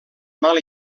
mal